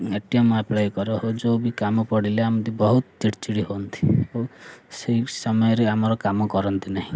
ଏ T M apply କର ହେଉ ଯେଉଁ ବି କାମ ପଡ଼ିଲେ ଏମିତି ବହୁତ ଚିଡ଼ଚିଡ଼ି ହୁଅନ୍ତି ଓ ସେଇ ସମୟରେ ଆମର କାମ କରନ୍ତି ନାହିଁ